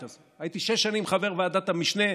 הזה: הייתי שש שנים חבר ועדת המשנה,